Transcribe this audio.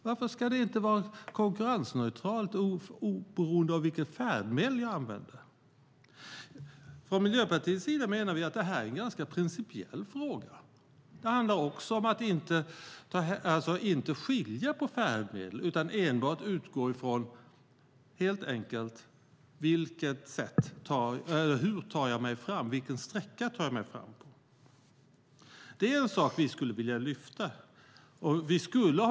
Varför ska det inte vara konkurrensneutralt och oberoende av vilket färdmedel jag använder? Från Miljöpartiets sida menar vi att detta är en ganska principiell fråga. Det handlar också om att inte skilja på färdmedel utan enbart helt enkelt utgå från hur man tar sig fram och vilken sträcka man tar sig fram. Det är en sak vi hade velat lyfta upp.